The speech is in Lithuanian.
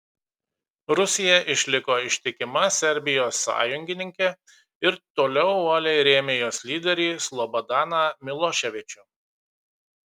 rusija išliko ištikima serbijos sąjungininkė ir toliau uoliai rėmė jos lyderį slobodaną miloševičių